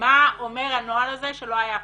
מה אומר הנוהל הזה שלא היה קודם.